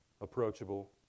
approachable